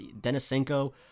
denisenko